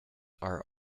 are